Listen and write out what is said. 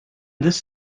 this